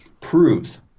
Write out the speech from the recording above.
proves